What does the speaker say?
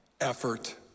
effort